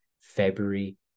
February